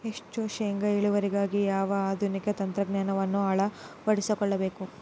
ಹೆಚ್ಚು ಶೇಂಗಾ ಇಳುವರಿಗಾಗಿ ಯಾವ ಆಧುನಿಕ ತಂತ್ರಜ್ಞಾನವನ್ನು ಅಳವಡಿಸಿಕೊಳ್ಳಬೇಕು?